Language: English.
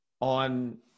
on